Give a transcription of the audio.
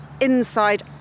inside